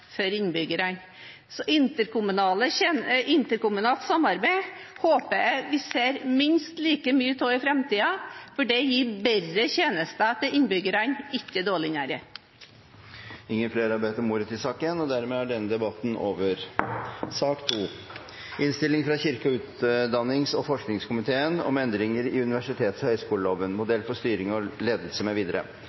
innbyggerne. Så interkommunalt samarbeid håper jeg vi ser minst like mye av i framtiden, for det gir bedre tjenester til innbyggerne, ikke dårligere. Flere har ikke bedt om ordet til sak nr. 1. Etter ønske fra kirke-, utdannings- og forskningskomiteen vil presidenten foreslå at taletiden begrenses til 5 minutter til hver partigruppe og